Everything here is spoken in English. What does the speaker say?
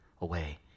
away